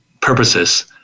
purposes